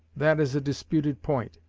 that is a disputed point.